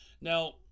Now